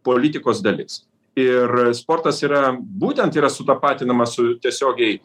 politikos dalis ir sportas yra būtent yra sutapatinamas su tiesiogiai